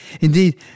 Indeed